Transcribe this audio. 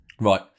right